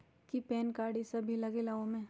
कि PAN card इ सब भी लगेगा वो में?